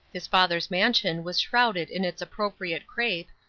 his father's mansion was shrouded in its appropriate crape,